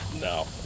no